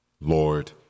Lord